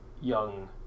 young